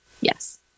Yes